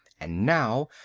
and now,